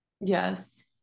yes